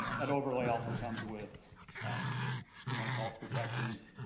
that overlay also comes with if you want to call it protections.